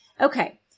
Okay